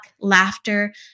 laughter